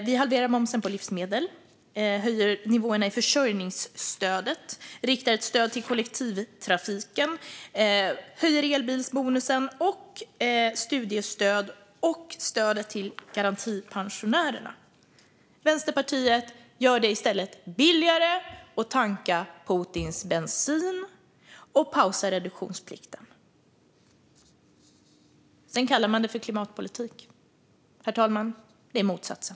Vi halverar momsen på livsmedel, höjer nivåerna i försörjningsstödet, riktar ett stöd till kollektivtrafiken och höjer elbilsbonusen, studiestödet och stödet till garantipensionärerna. Vänsterpartiet gör det i stället billigare att tanka Putins bensin och pausar reduktionsplikten. Sedan kallar man det för klimatpolitik. Det är motsatsen, herr talman.